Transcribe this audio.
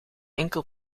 enkel